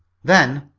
then,